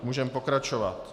Můžeme pokračovat.